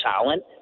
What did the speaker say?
talent